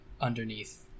Underneath